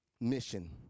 Mission